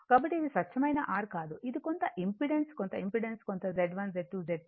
కాబట్టి ఇది స్వచ్ఛమైన R కాదు ఇది కొంత ఇంపెడెన్స్ కొంత ఇంపెడెన్స్ కొంత Z1 Z2 Z3